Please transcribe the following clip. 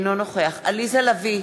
אינו נוכח עליזה לביא,